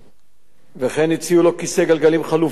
וכן הציעו לו כיסא גלגלים חלופי וחדש